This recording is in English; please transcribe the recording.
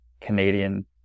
Canadian